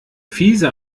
fiese